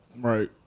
Right